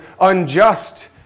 unjust